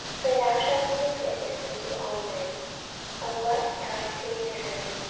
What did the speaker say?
for thou shalt be his witness unto all men of what thou hast seen and heard.